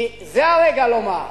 כי זה הרגע לומר: